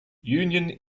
union